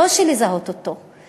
הקושי לזהות אותה.